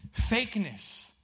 Fakeness